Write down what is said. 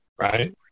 right